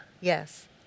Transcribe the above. Yes